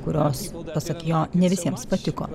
kurios pasak jo ne visiems patiko